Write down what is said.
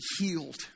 healed